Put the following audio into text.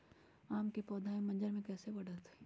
आम क पौधा म मजर म कैसे बढ़त होई?